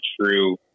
true